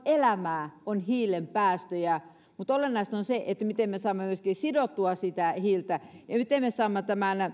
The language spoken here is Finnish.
elämää on hiilen päästöjä mutta olennaista on miten me saamme myöskin sidottua hiiltä ja miten me saamme